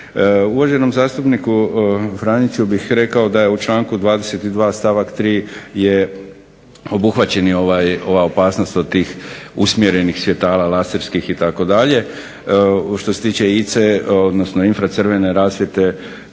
Uvaženom zastupniku Franiću bih rekao da je u članku 22. stavak 3. obuhvaćena opasnost od tih usmjerenih svjetala laserskih itd. Što se tiče ICA-e odnosno infracrvene rasvjete,